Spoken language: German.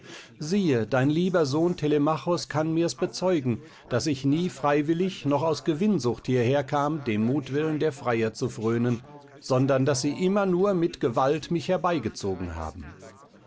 siehe dein lieber sohn telemachos kann mir's bezeugen daß ich nie freiwillig noch aus gewinnsucht hierher kam dem mutwillen der freier zu frönen sondern daß sie immer nur mit gewalt mich herbeigezogen haben